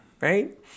right